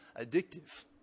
addictive